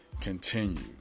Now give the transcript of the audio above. Continue